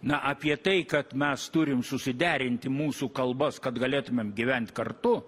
na apie tai kad mes turim susiderinti mūsų kalbas kad galėtumėm gyvent kartu